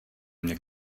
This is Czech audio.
mne